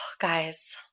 guys